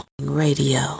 radio